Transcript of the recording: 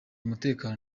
umutekano